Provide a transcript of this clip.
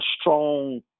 strong